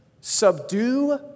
subdue